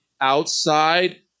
outside